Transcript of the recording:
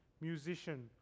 musician